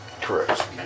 Correct